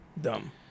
Dumb